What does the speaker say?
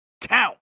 count